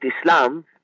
Islam